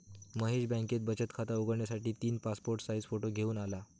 महेश बँकेत बचत खात उघडण्यासाठी तीन पासपोर्ट साइज फोटो घेऊन आला